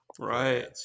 Right